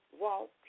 walk